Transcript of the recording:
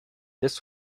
this